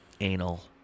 Anal